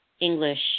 English